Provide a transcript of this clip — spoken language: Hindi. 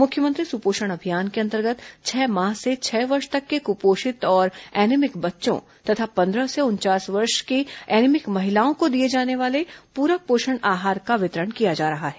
मुख्यमंत्री सुपोषण अभियान के अंतर्गत छह माह से छह वर्ष तक के कुपोषित और एनीमिक बच्चों तथा पंद्रह से उनचास वर्ष आयु वर्ग की एनीमिक महिलाओं को दिए जाने वाले पूरक पोषण आहार का वितरण किया जा रहा है